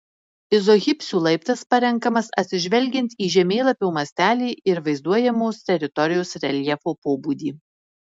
izohipsių laiptas parenkamas atsižvelgiant į žemėlapio mastelį ir vaizduojamos teritorijos reljefo pobūdį